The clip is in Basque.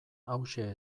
hauxe